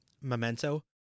Memento